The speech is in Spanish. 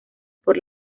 por